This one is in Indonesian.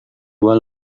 dua